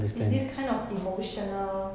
it's this kind of emotional